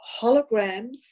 holograms